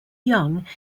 young